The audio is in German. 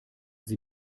sie